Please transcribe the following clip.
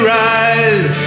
rise